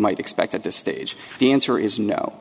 might expect at this stage the answer is no